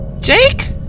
Jake